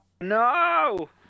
no